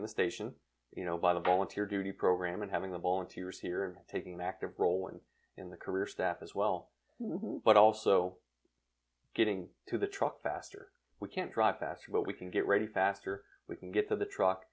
in the station you know by the volunteer duty program and having the volunteers here taking an active role and in the career staff as well but also getting to the truck faster we can't drive faster but we can get ready faster we can get to the truck